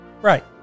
Right